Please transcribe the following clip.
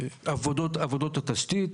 עבודות התשתית.